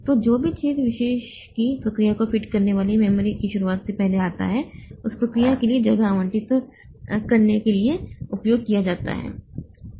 तो जो भी छेद विशेष की प्रक्रिया को फिट करने वाली मेमोरी की शुरुआत से पहले आता है उस प्रक्रिया के लिए जगह आवंटित करने के लिए उपयोग किया जाता है